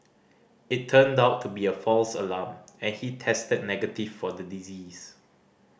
it turned out to be a false alarm and he tested negative for the disease